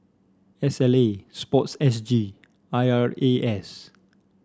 S L A sports S G I R A S